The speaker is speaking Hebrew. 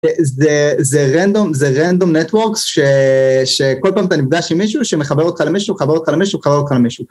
זה רנדום, זה רנדום נטוורקס, שכל פעם אתה נפגש עם מישהו שמחבר אותך למישהו, מחבר אותך למישהו, מחבר אותך למישהו.